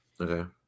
Okay